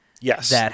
Yes